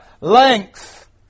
length